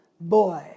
boy